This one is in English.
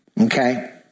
okay